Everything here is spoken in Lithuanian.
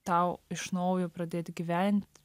tau iš naujo pradėt gyvent